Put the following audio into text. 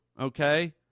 okay